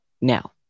now